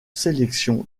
sélection